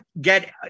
get